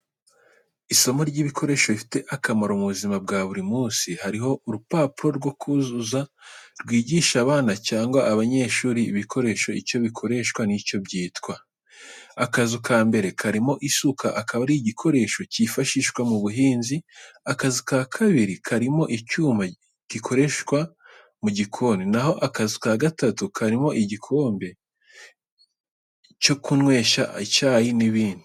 Isomo ry'ibikoresho bifite akamaro mu buzima bwa buri munsi. Hariho urupapuro rwo kuzuza rwigisha abana cyangwa abanyeshuri ibikoresho, icyo bikoreshwa n'icyo byitwa. Akazu kambere karimo isuka, akaba ari igikoresho cyifashishwa mu buhinzi, akazu ka kabiri karimo icyuma, igikoresho gikoreshwa mu gikoni na ho akazu ka gatatu karimo igikombe cyo kunywesha icyayi n'ibindi.